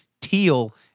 teal